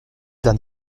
d’un